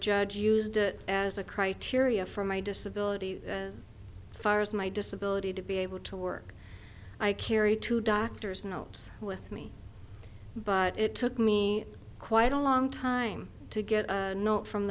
judge used it as a criteria for my disability as far as my disability to be able to work i carry two doctors notes with me but it took me quite a long time to get a note from